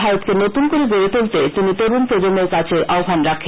ভারতকে নতুন করে গড়ে তুলতে তিনি তরুণ প্রজন্মের কাছে আহ্ববন রাখেন